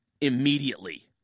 immediately